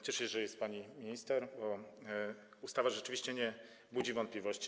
Cieszę się, że jest pani minister, bo ustawa rzeczywiście nie budzi wątpliwości.